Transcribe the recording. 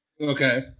Okay